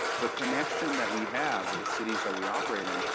the connection that we have with the cities that we operate in,